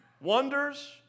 wonders